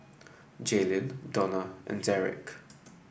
Jaylyn Donna and Derick